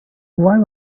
why